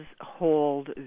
hold